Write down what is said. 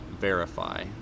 verify